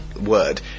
word